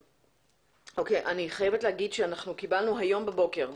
אני חייבת להגיד שקיבלנו היום בבוקר,